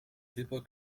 silber